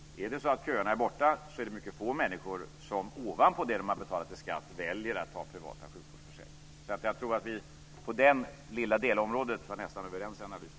Är köerna borta är det mycket få människor som ovanpå det de har betalat i skatt väljer att ta privata sjukvårdsförsäkringar. Jag tror att vi på det lilla delområdet var nästan överens i analysen.